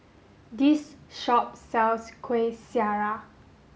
this shop sells Kuih Syara